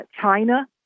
China